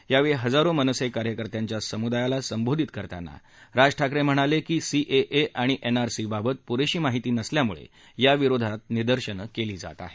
यावेळी हजारो मनसे कार्यकर्त्यांच्या समुदायाला संबोधित करताना राज ठाकरे म्हणाले कि सीएए आणि एनआरसी बाबत पुरेशी माहिती नसल्यामुळे याविरोधात निदर्शने केली जात आहेत